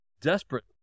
desperate